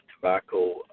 tobacco